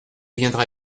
viendras